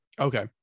Okay